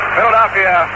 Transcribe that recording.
Philadelphia